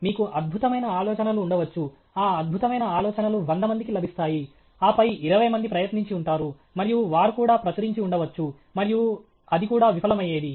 మీకు అద్భుతమైన ఆలోచనలు ఉండవచ్చు ఆ అద్భుతమైన ఆలోచనలు వంద మందికి లభిస్తాయి ఆపై ఇరవై మంది ప్రయత్నించి ఉంటారు మరియు వారు కూడా ప్రచురించి ఉండవచ్చు మరియు అది కూడా విఫలమయ్యేది